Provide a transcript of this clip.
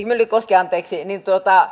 myllykoski